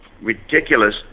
Ridiculous